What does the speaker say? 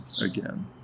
again